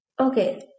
Okay